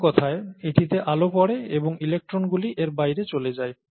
অন্য কথায় এটিতে আলো পড়ে এবং ইলেক্ট্রনগুলি এর বাইরে চলে যায়